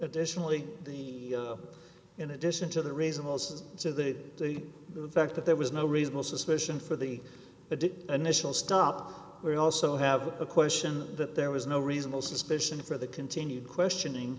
additionally the in addition to the reason most is to the fact that there was no reasonable suspicion for the initial stop we also have a question that there was no reasonable suspicion for the continued questioning